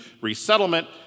Resettlement